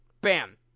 Bam